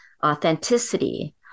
authenticity